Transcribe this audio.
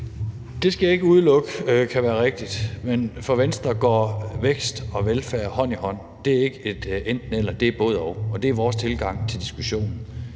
Det skal jeg ikke udelukke kan være rigtigt, men for Venstre går vækst og velfærd hånd i hånd. Det er ikke et enten-eller, det er et både-og, og det er vores tilgang til diskussionen.